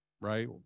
right